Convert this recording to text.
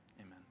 amen